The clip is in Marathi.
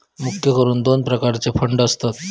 मुख्य करून दोन प्रकारचे फंड असतत